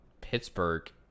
Pittsburgh